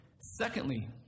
Secondly